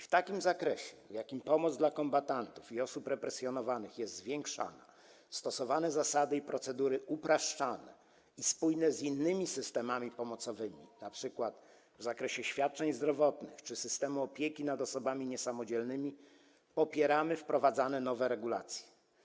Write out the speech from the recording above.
W takim zakresie, w jakim pomoc dla kombatantów i osób represjonowanych jest zwiększana, a stosowane zasady i procedury są upraszczane i spójne z innymi systemami pomocowymi, np. w zakresie świadczeń zdrowotnych czy systemu opieki nad osobami niesamodzielnymi, popieramy wprowadzane nowe regulacje.